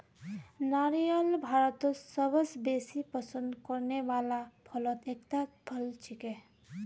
नारियल भारतत सबस बेसी पसंद करने वाला फलत एकता फल छिके